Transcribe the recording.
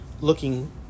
looking